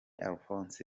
alphonse